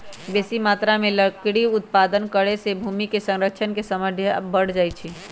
बेशी मत्रा में लकड़ी उत्पादन करे से भूमि क्षरण के समस्या बढ़ जाइ छइ